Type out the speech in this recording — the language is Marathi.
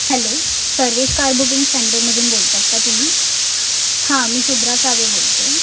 हॅलो सर्वेश कार बुकिंग सेंटरमधून बोलत आहेत का तुम्ही हा मी शुभ्रा सावे बोलते आहे